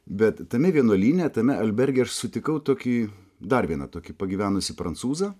bet tame vienuolyne tame alberge aš sutikau tokį dar vieną tokį pagyvenusį prancūzą